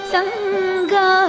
Sangha